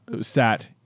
sat